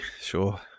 sure